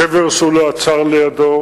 קבר שהוא לא עצר לידו,